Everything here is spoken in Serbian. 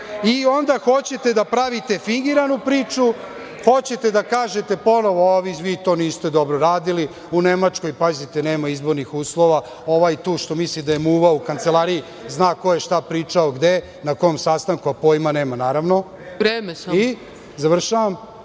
I onda hoćete da pravite fingiranu priču, hoćete da kažete ponovo - vi to niste dobro radili. U Nemačkoj, pazite, nema izbornih uslova, ovaj tu što misli da je muva u kancelariji, zna ko je šta pričao gde, na kom sastanku, a pojma nema, naravno. **Ana